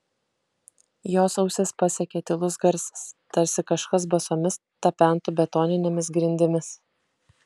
jos ausis pasiekė tylus garsas tarsi kažkas basomis tapentų betoninėmis grindimis